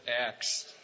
Acts